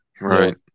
right